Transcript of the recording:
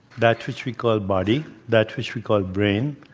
that which we call body, that which we call brain,